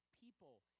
people